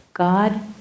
God